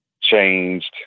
changed